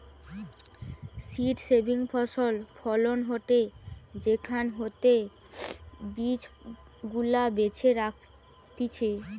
seed saving ফসল ফলন হয়টে সেখান হইতে বীজ গুলা বেছে রাখতিছে